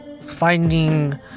finding